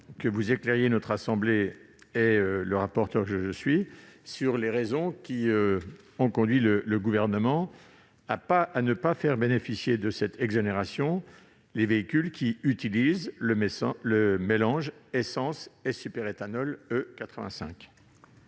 que vous éclairiez notre assemblée et le rapporteur général que je suis sur les raisons qui ont conduit le Gouvernement à ne pas faire bénéficier de cette exonération les véhicules utilisant le mélange essence-superéthanol E85.